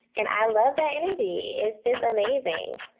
and i love that energy. it's just amazing.